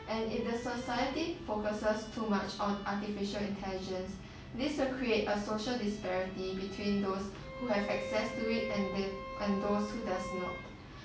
and if the society focuses too much on artificial intelligence this will create a social disparity between those who have access to it and those who doesn't know